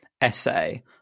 essay